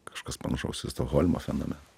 kažkas panašaus į stokholmo fenomeną